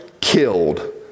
killed